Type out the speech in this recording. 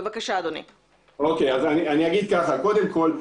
קודם כל,